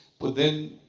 but then,